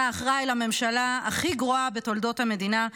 אתה אחראי לממשלה הכי גרועה בתולדות המדינה.